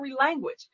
language